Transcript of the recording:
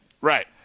Right